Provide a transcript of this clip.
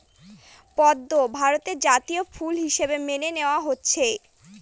পদ্ম ভারতের জাতীয় ফুল হিসাবে মেনে নেওয়া হয়েছে